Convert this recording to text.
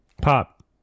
pop